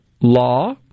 law